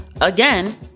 again